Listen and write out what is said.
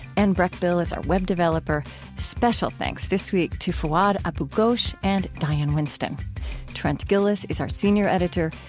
anne breckbill is our web developer special thanks this week to fouad abu-ghosh and diane winston trent gilliss is our senior editor.